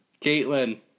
Caitlin